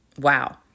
wow